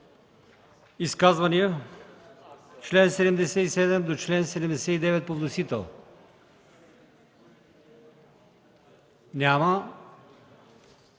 Изказвания по членове 77 до чл. 79 по вносител? Няма.